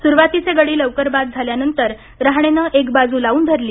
सुरुवातीचे गडी लवकर बाद झाल्यानंतर रहाणेनं एक बाजू लावून धरली